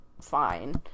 fine